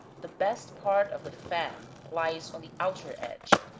the best part of the fat lies on the outer edge,